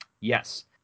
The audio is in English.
Yes